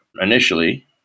Initially